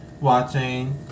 watching